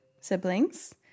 siblings